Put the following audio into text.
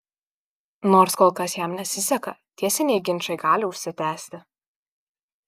nors kol kas jam nesiseka teisiniai ginčai gali užsitęsti